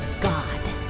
God